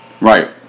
Right